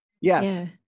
Yes